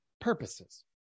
purposes